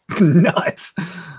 nuts